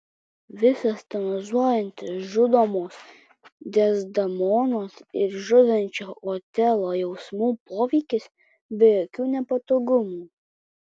visas tonizuojantis žudomos dezdemonos ir žudančio otelo jausmų poveikis be jokių nepatogumų